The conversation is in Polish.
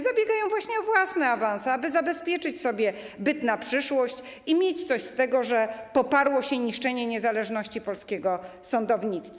Zabiegają właśnie o własne awanse, aby zabezpieczyć sobie byt na przyszłość i mieć coś z tego, że poparło się niszczenie niezależności polskiego sądownictwa.